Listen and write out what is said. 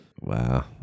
Wow